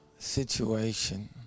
situation